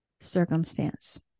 circumstance